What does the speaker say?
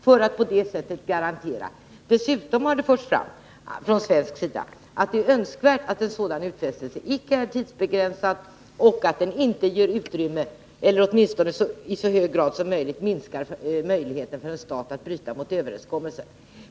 Dessutom har det från svensk sida förts fram att det är önskvärt att en sådan utfästelse inte är tidsbegränsad och att den inte ger utrymme för eller åtminstone så långt sig göra låter minskar möjligheterna för en stat att bryta mot överenskommelsen.